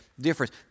difference